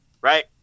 Right